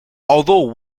although